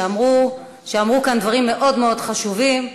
שאמרו כאן דברים מאוד מאוד חשובים.